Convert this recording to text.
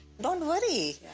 don't worry!